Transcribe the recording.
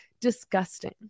disgusting